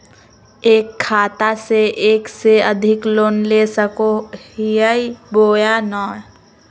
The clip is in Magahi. एक खाता से एक से अधिक लोन ले सको हियय बोया नय?